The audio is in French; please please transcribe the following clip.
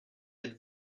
êtes